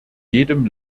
jedem